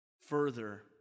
further